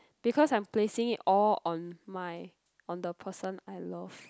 because I'm placing it all on my on the person I loved